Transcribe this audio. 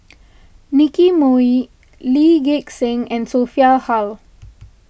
Nicky Moey Lee Gek Seng and Sophia Hull